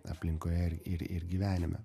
aplinkoje ir ir gyvenime